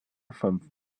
from